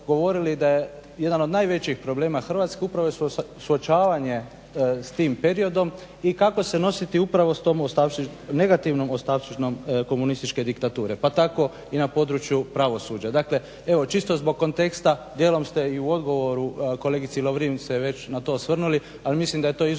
da je jedan od najvećih problema Hrvatske upravo je suočavanje s tim periodom i kako se nositi upravo s tom negativnom ostavštinom komunističke diktature, pa tako i na području pravosuđa. Dakle evo čisto zbog konteksta, dijelom ste i u odgovoru kolegici Lovrin se već na to osvrnuli ali mislim da je to izuzetno